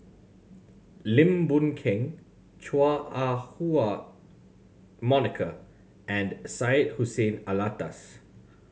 Lim Boon Keng Chua Ah Huwa Monica and Syed Hussein Alatas